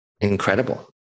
incredible